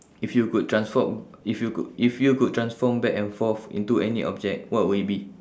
if you could transform if you could if you could transform back and forth into any object what would it be